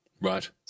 Right